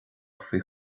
faoi